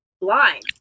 blind